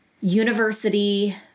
university-